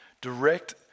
Direct